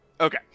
okay